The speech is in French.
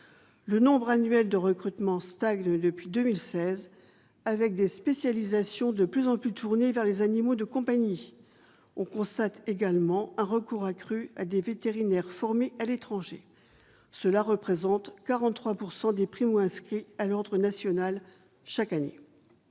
le nombre annuel de recrutement stagne depuis 2016 avec des spécialisations de plus en plus tournée vers les animaux de compagnie, on constate également un recours accru à des vétérinaires formés à l'étranger, cela représente 43 pourcent des primo-inscrits à l'Ordre national, chaque année,